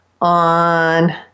on